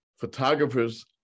Photographers